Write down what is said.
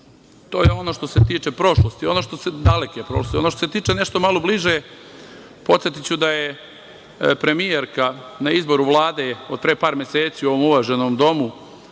To je ono što se tiče prošlosti, daleke prošlosti. Ono što se tiče malo bliže, podsetiću da je premijerka na izboru Vlade od pre par meseci ovde u uvaženom domu,